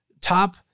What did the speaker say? top